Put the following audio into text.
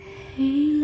Hey